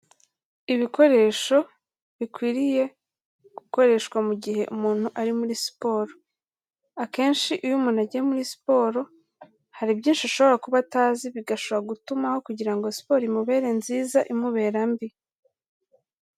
Ibikoresho bikwiriye gukoreshwa mu gihe umuntu ari muri siporo, akenshi iyo umuntu agiye muri siporo hari byinshi ashobora kuba atazi bigashobora gutuma, aho kugira ngo siporo imubere nziza imubera mbi.